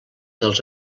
dels